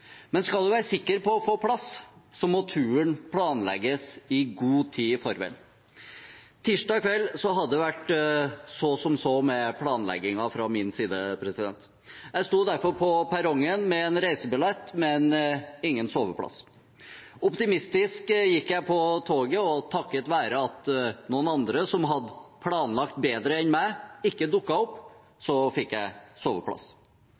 Men skal man være sikker på å få plass, må turen planlegges i god tid i forveien. Tirsdag kveld hadde det vært så som så med planleggingen fra min side. Jeg sto derfor på perrongen med en reisebillett, men ingen soveplass. Optimistisk gikk jeg på toget, og takket være at noen andre som hadde planlagt bedre enn meg, ikke dukket opp, fikk jeg soveplass.